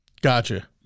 Gotcha